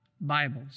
Bibles